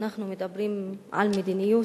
אנחנו מדברים על מדיניות.